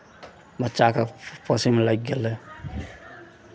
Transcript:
बच्चाकेँ पोसयमे लागि गेलै